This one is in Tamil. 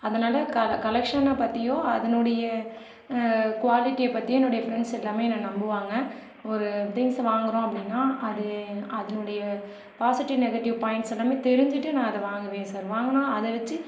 அதனால் கலெக்ஷனை பற்றியும் அதனுடைய குவாலிட்டியை பற்றியும் என்னுடைய ஃபிரெண்ட்ஸ் எல்லாம் என்னை நம்புவாங்க ஒரு திங்ஸ் வாங்குறோம் அப்படின்னா அது அதனுடைய பாசிட்டிவ் நெகட்டிவ் பாய்ண்ட்ஸ் எல்லாம் தெரிஞ்சுட்டு நான் அதை வாங்குவேன் சார் வாங்கினா அதை வச்சு